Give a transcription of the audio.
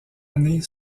année